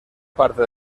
parte